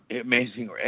amazing